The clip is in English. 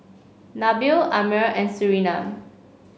Nabil Ammir and Surinam